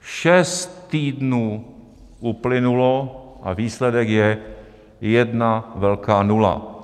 Šest týdnů uplynulo a výsledek je jedna velká nula.